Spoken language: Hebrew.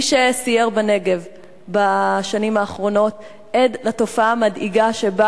מי שסייר בנגב בשנים האחרונות עד לתופעה המדאיגה שבה